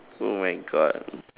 oh my god